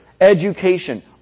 education